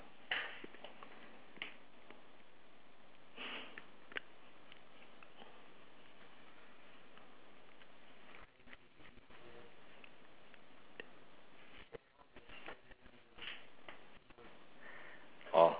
orh